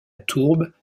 tourbe